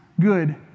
good